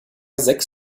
sechs